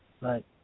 Right